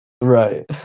Right